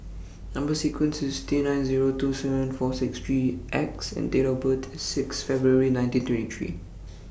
Number sequence IS T nine Zero two seven four six three X and Date of birth IS Sixth February nineteen twenty three